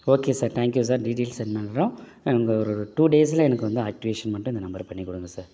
okay sir thank you sir details send பண்ணுறோம் எனக்கு ஒரு டூ டேஸில் எனக்கு வந்து ஆக்ட்டிவேஷன் மட்டும் இந்த நம்பருக்கு பண்ணிக்கொடுங்க சார்